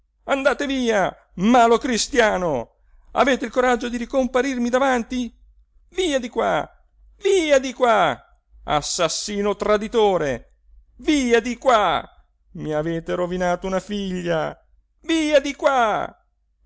andate via malo cristiano avete il coraggio di ricomparirmi davanti via di qua via di qua assassino traditore via di qua i avete rovinato una figlia via di qua